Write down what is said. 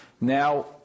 Now